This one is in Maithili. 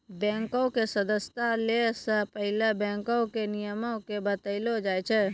बैंको के सदस्यता लै से पहिले बैंको के नियमो के बतैलो जाय छै